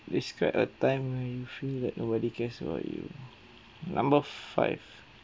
describe a time when you feel that nobody cares about you number five